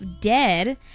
dead